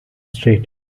straight